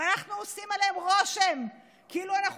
ואנחנו עושים עליהם רושם כאילו אנחנו